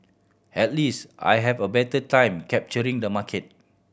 at least I have a better time capturing the market